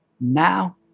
now